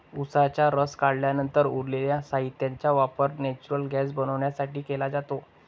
उसाचा रस काढल्यानंतर उरलेल्या साहित्याचा वापर नेचुरल गैस बनवण्यासाठी केला जातो